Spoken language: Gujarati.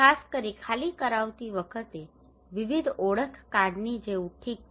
ખાસ કરીને ખાલી કરાવતી વખતે વિવિધ ઓળખ કાર્ડ જેવું ઠીક છે